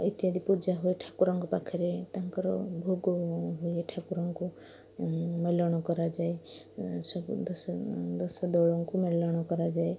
ଇତ୍ୟାଦି ପୂଜା ହୁଏ ଠାକୁରଙ୍କ ପାଖରେ ତାଙ୍କର ଭୋଗ ହୁଏ ଠାକୁରଙ୍କୁ ମେଲଣ କରାଯାଏ ସବୁ ଦଶ ଦଶଦୋଳଙ୍କୁ ମେଲଣ କରାଯାଏ